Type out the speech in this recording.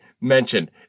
mentioned